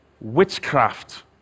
witchcraft